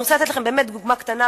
אני רוצה לתת לכם דוגמה קטנה,